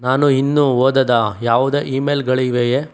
ನಾನು ಇನ್ನೂ ಓದದ ಯಾವುದೇ ಇಮೇಲ್ಗಳಿವೆಯೇ